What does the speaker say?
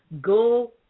go